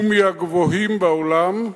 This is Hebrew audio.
הוא מהגבוהים בעולם,